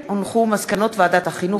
ומסקנות ועדת החינוך,